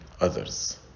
others